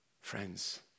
Friends